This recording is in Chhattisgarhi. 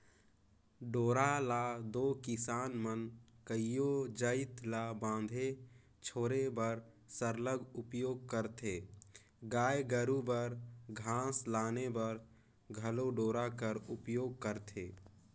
डोरा ल दो किसान मन कइयो जाएत ल बांधे छोरे बर सरलग उपियोग करथे गाय गरू बर घास लाने बर घलो डोरा कर उपियोग करथे